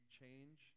change